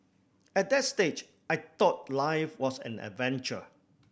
at that stage I thought life was an adventure